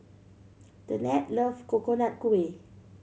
Danette love Coconut Kuih